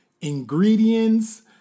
ingredients